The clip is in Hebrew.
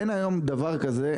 אין היום דבר כזה,